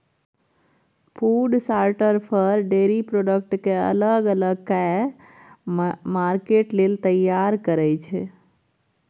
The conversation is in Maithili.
फुड शार्टर फर, डेयरी प्रोडक्ट केँ अलग अलग कए मार्केट लेल तैयार करय छै